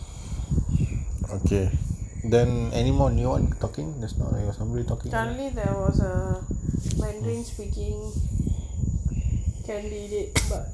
suddenly there was a mandarin speaking candidate but